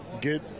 get